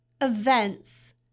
events